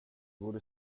borde